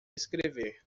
escrever